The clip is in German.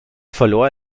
verlor